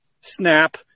snap